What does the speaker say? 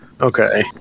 Okay